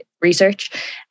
research